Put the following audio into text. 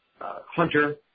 Hunter